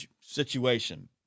situation